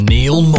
Neil